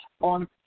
on